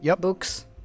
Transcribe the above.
books